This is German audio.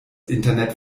internet